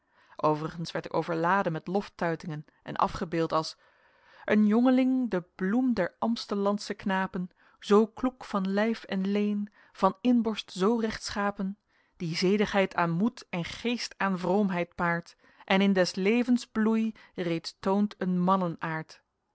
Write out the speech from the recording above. overigens werd ik overladen met loftuitingen en afgebeeld als een jongeling de bloem der amstellandsche knapen zoo kloek van lijf en leen van inborst zoo rechtschapen die zedigheid aan moed en geest aan vroomheid paart en in des levens bloei reeds toont een